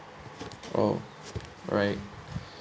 oh right